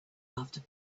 after